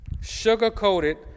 sugar-coated